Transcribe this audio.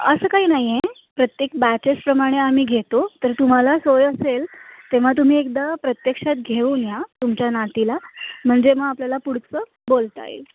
असं काही नाही आहे प्रत्येक बॅचेसप्रमाणे आम्ही घेतो तर तुम्हाला सोय असेल तेव्हा तुम्ही एकदा प्रत्यक्षात घेऊन या तुमच्या नातीला म्हणजे मग आपल्याला पुढचं बोलता येईल